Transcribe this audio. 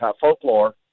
folklore